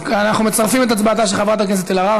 אנחנו מצרפים את הצבעתה של חברת הכנסת אלהרר.